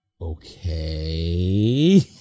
Okay